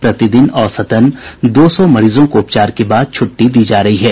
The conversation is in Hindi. प्रतिदिन औसतन दो सौ मरीजों को उपचार के बाद छुट्टी दी जा रही है